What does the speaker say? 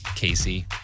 Casey